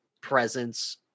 presence